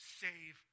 save